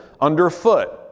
underfoot